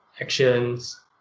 actions